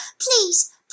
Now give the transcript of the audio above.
Please